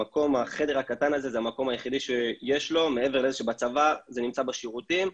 החדר הקטן הזה זה המקום היחידי שיש לו מעבר לזה שבצבא זה נמצא בשירותים,